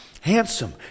handsome